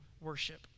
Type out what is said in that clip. worship